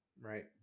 right